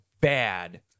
bad